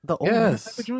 yes